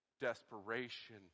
desperation